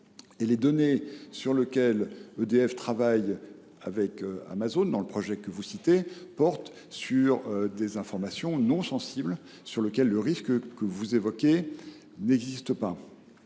Les données sur lesquelles EDF travaille avec Amazon dans le projet que vous citez portent sur des informations non sensibles, pour lesquelles le risque que vous évoquez n’existe pas.